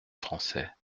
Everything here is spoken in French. français